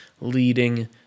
leading